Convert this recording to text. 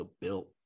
built